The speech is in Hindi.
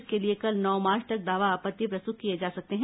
इसके लिए कल नौ मार्च तक दावा आपत्ति प्रस्तुत किए जा सकते है